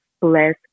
bless